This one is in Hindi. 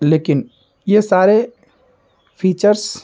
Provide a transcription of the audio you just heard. लेकिन यह सारे फीचर्स